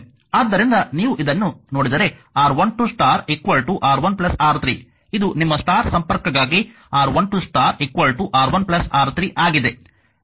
ಆದ್ದರಿಂದ ನೀವು ಇದನ್ನು ನೋಡಿದರೆ R1 2 ಸ್ಟಾರ್ R1R3 ಇದು ನಿಮ್ಮ ಸ್ಟಾರ್ ಸಂಪರ್ಕಕ್ಕಾಗಿ R1 2 ಸ್ಟಾರ್ R1R3 ಆಗಿದೆ